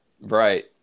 Right